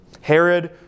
Herod